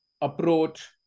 approach